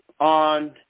on